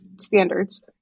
Standards